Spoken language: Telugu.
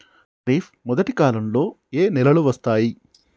ఖరీఫ్ మొదటి కాలంలో ఏ నెలలు వస్తాయి?